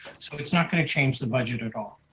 so it's not going to change the budget at all.